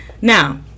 Now